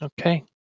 Okay